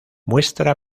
muestra